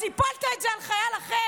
אז הפלת את זה על חייל אחר.